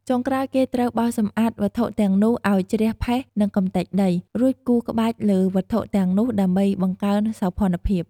ចុងក្រោយគេត្រូវបោសសម្អាតវត្ថុទាំងនោះឲ្យជ្រះផេះនិងកម្ទេចដី រួចគូរក្បាច់លើវត្ថុទាំងនោះដើម្បីបង្កើនសោភណ្ឌភាព។